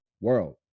world